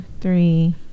three